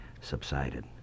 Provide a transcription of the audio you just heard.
subsided